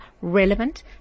relevant